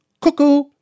Cuckoo